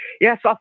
Yes